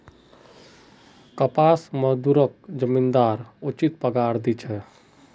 कपास मजदूरक जमींदार उचित पगार दी छेक